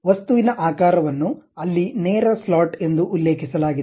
ವಸ್ತುವಿನ ಆಕಾರವನ್ನು ಅಲ್ಲಿ ನೇರ ಸ್ಲಾಟ್ ಎಂದು ಉಲ್ಲೇಖಿಸಲಾಗಿದೆ